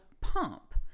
pump